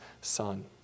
son